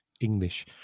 English